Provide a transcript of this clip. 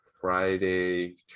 Friday